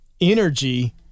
energy